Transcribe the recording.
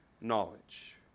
knowledge